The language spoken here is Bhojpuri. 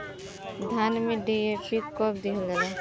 धान में डी.ए.पी कब दिहल जाला?